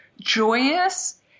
joyous